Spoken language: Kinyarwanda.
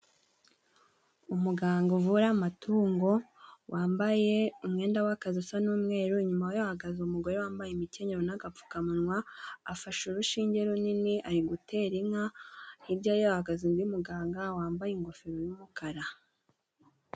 Umuganga uvura amatungo wambaye umwenda w'akazi usa n'umweru, inyuma ye hahagaze umugore wambaye imikenyero n'agapfukamunwa, afashe urushinge runini ari gutera inka, hirya ye hahagaze undi muganga wambaye ingofero y'umukara.